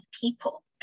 people